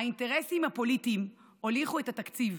האינטרסים הפוליטיים הוליכו את התקציב.